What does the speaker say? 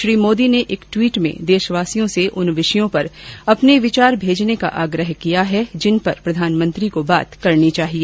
श्री मोदी ने एक टवीट में देशवासियों से उन विषयों पर विचार भेजने का आग्रह किया है जिन पर प्रधानमंत्री को बात करनी चाहिए